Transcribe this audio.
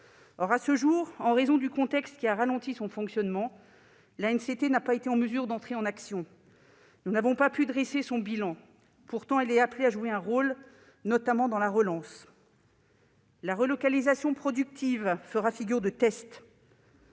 Or, à ce jour, en raison du contexte, qui a ralenti son fonctionnement, l'ANCT n'a pas été en mesure d'entrer en action. Nous n'avons pas pu dresser son bilan. Pourtant, elle est appelée à jouer un rôle, notamment dans la relance. La relocalisation productive fera figure de test.